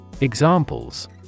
Examples